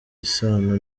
isano